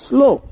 Slow